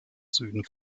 süden